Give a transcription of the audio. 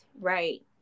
right